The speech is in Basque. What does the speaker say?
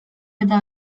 eta